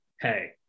Hey